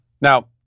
Now